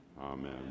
Amen